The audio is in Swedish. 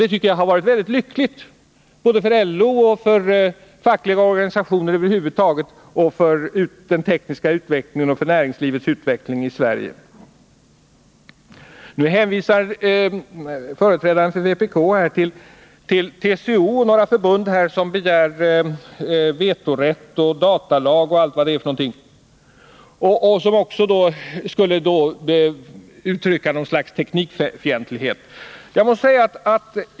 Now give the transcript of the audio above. Det var lyckosamt för LO, den fackliga rörelsen över huvud taget och för näringslivets utveckling i Sverige. Nu hänvisar vpk:s företrädare i debatten till TCO och några förbund som begär vetorätt, datalag och annat, enligt min mening ett uttryck för teknikfientlighet.